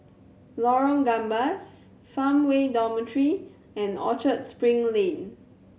Lorong Gambas Farmway Dormitory and Orchard Spring Lane